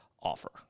offer